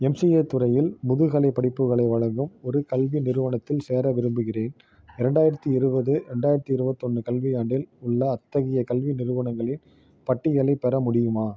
MCA துறையில் முதுகலைப் படிப்புகளை வழங்கும் ஒரு கல்வி நிறுவனத்தில் சேர விரும்புகிறேன் ரெண்டாயிரத்து இருபது ரெண்டாயிரத்து இருபத்தொன்னு கல்வியாண்டில் உள்ள அத்தகைய கல்வி நிறுவனங்களின் பட்டியலைப் பெற முடியுமா